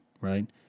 right